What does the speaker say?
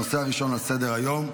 הנושא הראשון על סדר-היום: